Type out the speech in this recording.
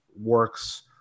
works